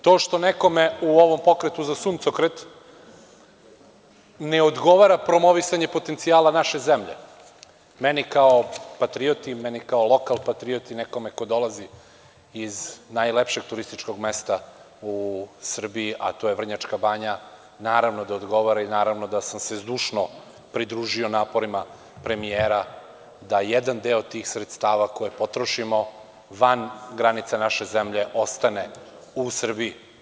To što nekome u ovom pokretu za suncokret ne odgovara promovisanje potencijala naše zemlje, meni kao patrioti, meni kao lokalnom patrioti, nekome ko dolazi iz najlepšeg turističkog mesta u Srbiji, a to je Vrnjačka banja, naravno da odgovara i naravno da sam se zdušno pridružio naporima premijera da jedan deo tih sredstava koje potrošimo van granica naše zemlje ostane u Srbiji.